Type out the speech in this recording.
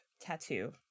Tattoo